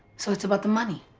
so it's about the money.